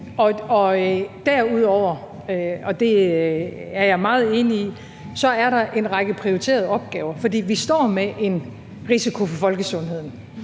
enig i, er der en række prioriterede opgaver, fordi vi står med en risiko for folkesundheden,